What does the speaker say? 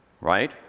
right